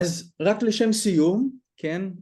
אז רק לשם סיום כן